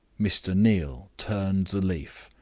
mr. neal turned the leaf,